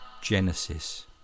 Genesis